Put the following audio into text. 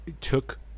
took